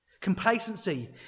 Complacency